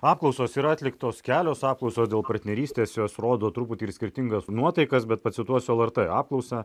apklausos yra atliktos kelios apklausos dėl partnerystės jos rodo truputį ir skirtingas nuotaikas bet pacituosiu lrt apklausą